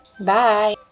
Bye